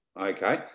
okay